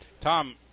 Tom